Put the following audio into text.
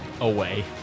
Away